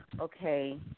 okay